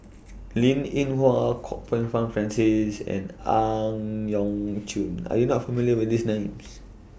Linn in Hua Kwok Peng Kin Francis and Ang Yau Choon Are YOU not familiar with These Names